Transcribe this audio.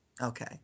Okay